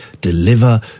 deliver